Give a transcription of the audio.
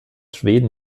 schweden